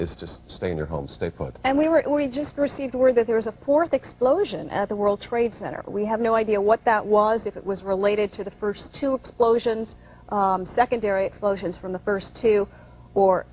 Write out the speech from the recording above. is just stay in your home state and we were we just received word that there was a poor thick splosion at the world trade center we have no idea what that was if it was related to the first two explosions secondary explosions from the first two or